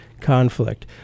conflict